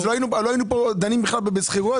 אז לא היינו פה דנים בכלל בשכירויות.